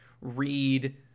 read